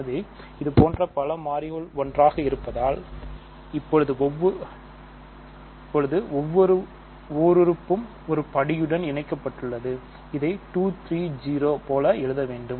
எனவே இதுபோன்ற பல மாறிகள் ஒன்றாக இருப்பதால் இப்போது ஒவ்வொரு ஓருறுப்பும் ஒரு படியுடன் இணைக்கப்பட்டுள்ளது இதை 2 3 0 போல் எழுத வேண்டும்